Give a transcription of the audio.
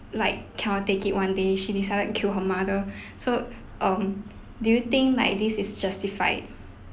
like cannot take it one day she decided to kill her mother so um do you think like this is justified